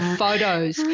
photos